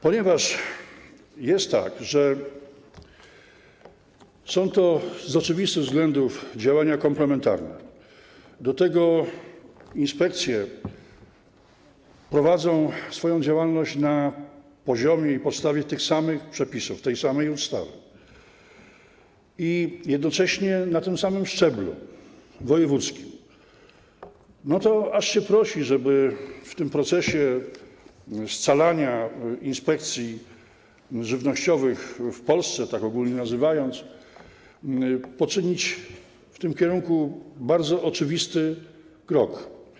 Ponieważ jest tak, że są to z oczywistych względów działania komplementarne, do tego inspekcje prowadzą swoją działalność na poziomie i podstawie tych samych przepisów, tej samej ustawy i jednocześnie na tym samym szczeblu - wojewódzkim, no to aż się prosi, żeby w tym procesie scalania inspekcji żywnościowych w Polsce, tak ogólnie to nazywając, poczynić bardzo oczywisty krok.